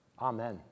Amen